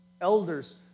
elders